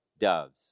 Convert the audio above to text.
doves